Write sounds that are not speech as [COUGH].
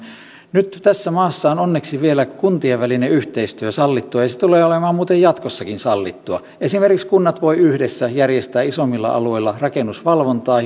nyt tässä maassa on onneksi vielä kuntien välinen yhteistyö sallittua ja se tulee olemaan muuten jatkossakin sallittua esimerkiksi kunnat voivat yhdessä järjestää isommilla alueilla rakennusvalvontaa [UNINTELLIGIBLE]